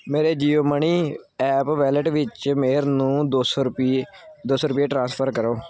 ਮੇਰੇ Jio money app wallet ਵਿੱਚ ਮੇਹਰ ਨੂੰ ਦੋ ਸੌ ਰੁਪਈਏ ਦੋ ਸੌ ਰੁਪਈਏ ਟ੍ਰਾਂਸਫਰ ਕਰੋ